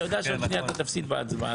אתה יודע שעוד שנייה אתה תפסיד בהצבעה,